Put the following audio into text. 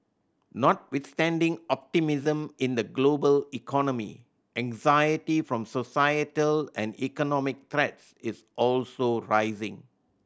notwithstanding optimism in the global economy anxiety from societal and economic threats is also rising